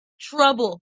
trouble